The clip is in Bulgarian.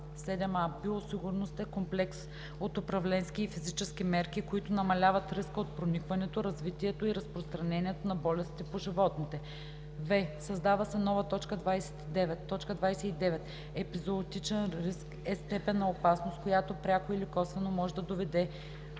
„7а. „Биосигурност“ е комплекс от управленски и физически мерки, които намаляват риска от проникването, развитието и разпространението на болести по животните.“; в) създава се нова т. 29: „29. „Епизоотичен риск“ е степен на опасност, която пряко или косвено може да доведе